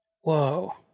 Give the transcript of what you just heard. Whoa